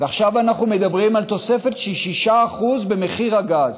עכשיו אנחנו מדברים על תוספת של 6% במחיר הגז,